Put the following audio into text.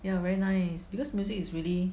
ya very nice because music is really